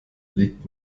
liegt